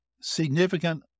significant